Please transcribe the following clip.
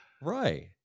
right